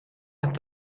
hat